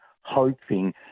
hoping